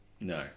No